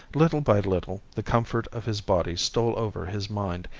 little by little the comfort of his body stole over his mind,